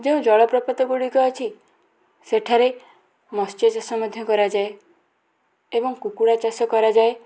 ଯେଉଁ ଜଳପ୍ରପାତ ଗୁଡ଼ିକ ଅଛି ସେଠାରେ ମତ୍ସ୍ୟଚାଷ ମଧ୍ୟ କରାଯାଏ ଏବଂ କୁକୁଡ଼ା ଚାଷ କରାଯାଏ